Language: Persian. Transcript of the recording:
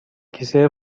کیسه